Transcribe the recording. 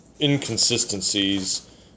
inconsistencies